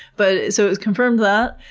but so it confirmed that.